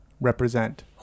represent